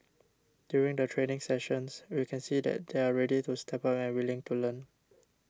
during the training sessions we can see that they're ready to step up and willing to learn